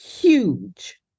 huge